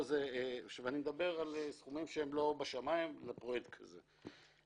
אני מדבר על סכומים לא בשמיים לפרויקט כזה.